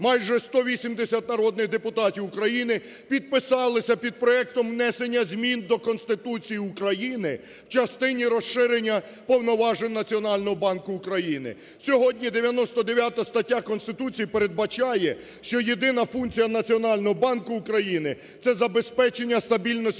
майже 180 народних депутатів України підписалися під проектом внесення змін до Конституції України в частині розширення повноважень Національного банку України. Сьогодні 99 стаття Конституції передбачає, що єдина функція Національного банку України – це забезпечення стабільності